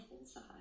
inside